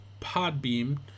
Podbeam